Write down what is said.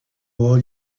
all